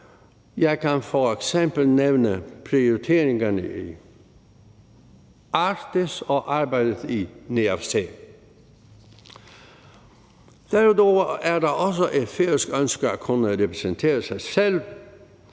Jeg kan f.eks. nævne prioriteringerne i Arktis og arbejdet i NEAFC. Derudover er det også et færøsk ønske at kunne repræsentere sig selv